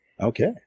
Okay